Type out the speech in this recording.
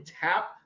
tap